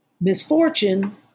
misfortune